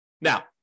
Now